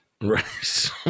right